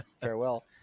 Farewell